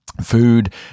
food